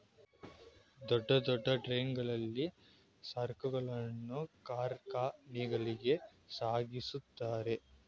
ದೊಡ್ಡ ದೊಡ್ಡ ಟ್ರಕ್ ಗಳಲ್ಲಿ ಸರಕುಗಳನ್ನು ಕಾರ್ಖಾನೆಗಳಿಗೆ ಸಾಗಿಸುತ್ತಾರೆ